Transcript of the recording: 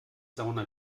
sauna